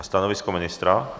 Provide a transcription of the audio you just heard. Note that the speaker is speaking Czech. Stanovisko ministra?